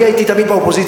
אני הייתי תמיד באופוזיציה,